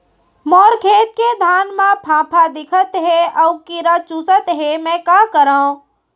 मोर खेत के धान मा फ़ांफां दिखत हे अऊ कीरा चुसत हे मैं का करंव?